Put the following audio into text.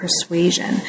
persuasion